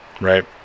right